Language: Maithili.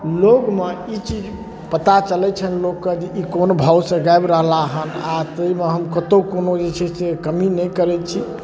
लोकमे ई चीज पता चलै छनि लोककेँ जे ई कोन भावसँ गाबि रहलाह हँ आ ओहिमे हम कतहु कोनो जे छै से नहि कमी करै छी